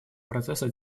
процесса